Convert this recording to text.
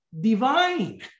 divine